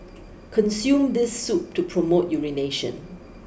consume this soup to promote urination